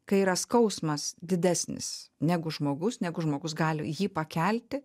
kai yra skausmas didesnis negu žmogus negu žmogus gali jį pakelti